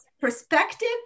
perspective